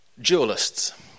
dualists